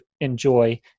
enjoy